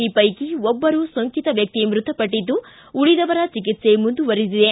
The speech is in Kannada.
ಈ ವೈಕಿ ಒಬ್ಬರು ಸೋಂಕಿತ ವ್ಯಕ್ತಿ ಮೃತಪಟ್ಟಿದ್ದು ಉಳಿದವರ ಚಿಕಿತ್ಸೆ ಮುಂದುವರೆದಿದೆ